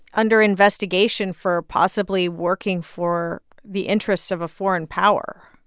under investigation for possibly working for the interests of a foreign power?